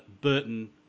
burton